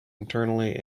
internally